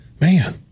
man